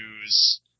use